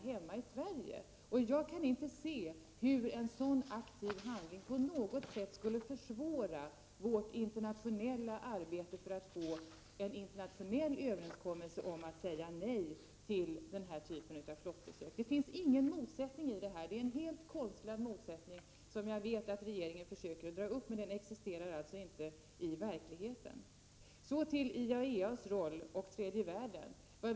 29 november 1989 Jag kan inte se hur en sådan aktiv handling på något sätt skulle försvåra AVN vårt internationella arbete för att få en internationell överenskommelse om att säga nej till denna typ av flottbesök. Det finns ingen motsättning här, den är i så fall helt konstlad. Regeringen försöker skapa en sådan men den existerar alltså inte i verkligheten. Så till IAEA:s roll och tredje världen.